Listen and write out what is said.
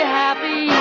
happy